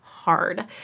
hard